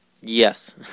Yes